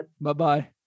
Bye-bye